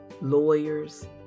lawyers